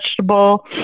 vegetable